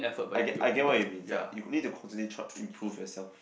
I get I get what you mean it's like you need to constantly try improve yourself